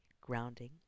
grounding